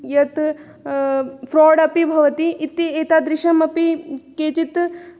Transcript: यत् फ़्राड् अपि भवति इति एतादृशमपि केचित्